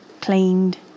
cleaned